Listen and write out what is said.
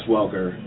Welker